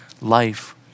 life